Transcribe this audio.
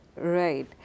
right